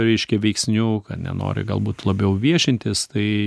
reiškia veiksnių kad nenori galbūt labiau viešintis tai